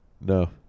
No